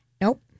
Nope